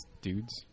dudes